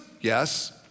Yes